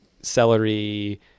celery